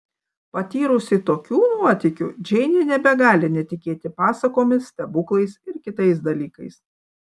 patyrusi tokių nuotykių džeinė nebegali netikėti pasakomis stebuklais ir kitais dalykais